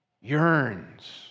yearns